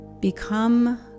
Become